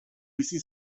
bizi